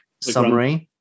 summary